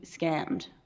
scammed